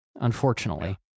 unfortunately